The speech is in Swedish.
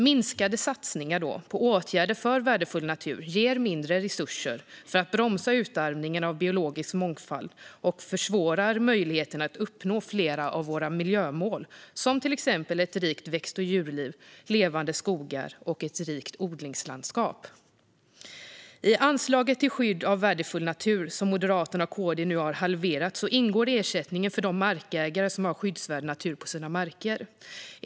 Minskade satsningar på åtgärder för värdefull natur ger mindre resurser för att bromsa utarmningen av biologisk mångfald och försvårar möjligheterna att uppnå flera av våra miljömål, som till exempel ett rikt växt och djurliv, levande skogar och ett rikt odlingslandskap. I anslaget till skydd av värdefull natur, som Moderaterna och KD nu har halverat, ingår ersättningen för de markägare som har skyddsvärd natur på sina marker.